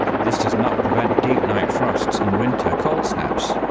this does not prevent deep night frosts in winter cold snaps,